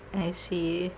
I see